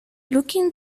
looking